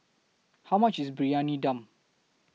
How much IS Briyani Dum